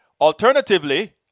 alternatively